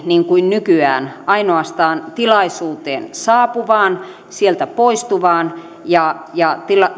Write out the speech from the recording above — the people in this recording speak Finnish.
niin kuin nykyään ainoastaan tilaisuuteen saapuviin sieltä poistuviin ja ja